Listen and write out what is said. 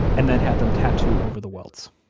and then had them tattoo over the welts